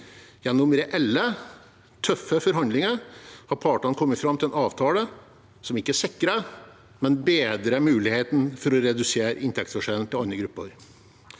Gjennom reelle, tøffe forhandlinger har partene kommet fram til en avtale som ikke sikrer, men bedrer muligheten for å redusere inntektsforskjellen i forhold til andre grupper.